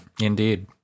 Indeed